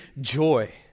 joy